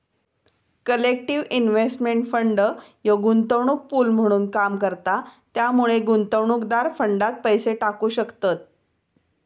collective investment fund ह्यो गुंतवणूक pool म्हणून काम करता त्यामुळे गुंतवणूकदार फंडात पैसे टाकू शकतत